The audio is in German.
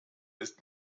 ist